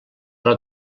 però